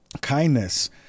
kindness